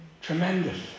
Tremendous